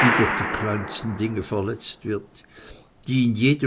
die durch die kleinsten dinge verletzt wird die in jedem